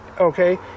okay